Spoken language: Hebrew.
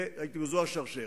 זו השרשרת.